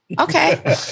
Okay